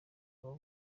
aba